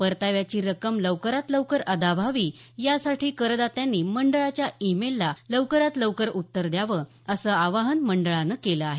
परताव्याची रक्कम लवकरात लवकर अदा व्हावी यासाठी करदात्यांनी मंडळाच्या ई मेलला लवकरात लवकर उत्तर द्यावं असं आवाहन मंडळानं केलं आहे